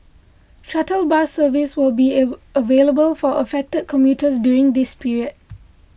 shuttle bus service will be available for affected commuters during this period